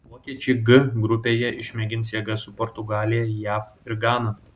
vokiečiai g grupėje išmėgins jėgas su portugalija jav ir gana